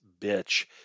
bitch